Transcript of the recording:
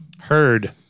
Heard